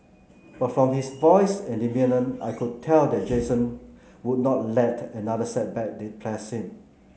but from his voice and demeanour I could tell that Jason would not let another setback depress him